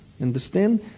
Understand